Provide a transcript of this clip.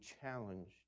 challenged